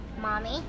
Mommy